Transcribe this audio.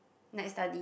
night study